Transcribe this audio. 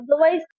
Otherwise